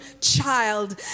child